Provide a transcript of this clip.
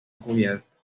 cubierto